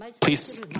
Please